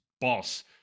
boss